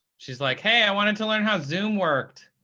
she was like, hey, i wanted to learn how zoom worked.